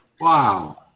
Wow